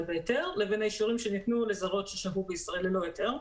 בהיתר לבין האישורים שניתנו לזרות ששהו בישראל ללא היתר.